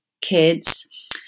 Kids